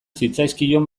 zitzaizkion